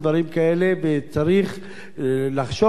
וצריך לחשוב איך עושים,